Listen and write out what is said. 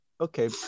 okay